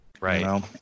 Right